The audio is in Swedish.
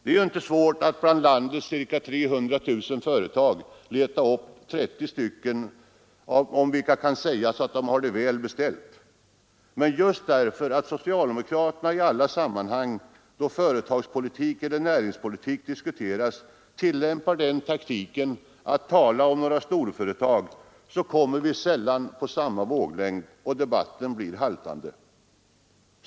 Det är inte svårt att bland landets ca 300 000 företag leta upp 30 stycken om vilka kan sägas att de har det väl beställt. Men just därför att socialdemokraterna i alla sammanhang då företagspolitik eller näringspolitik diskuteras tillämpar den taktiken att tala om några storföretag, kommer vi sällan på samma våglängd, och debatten blir haltande.